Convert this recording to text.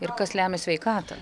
ir kas lemia sveikatą